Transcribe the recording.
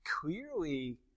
clearly